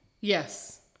Yes